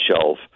shelf